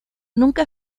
nunca